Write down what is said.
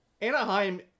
Anaheim